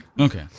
Okay